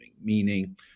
meaning